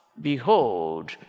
Behold